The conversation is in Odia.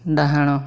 ଡାହାଣ